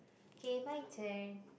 k my turn